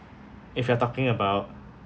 if you are talking about